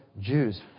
Jews